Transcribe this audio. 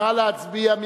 נא להצביע.